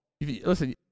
Listen